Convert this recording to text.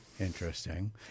Interesting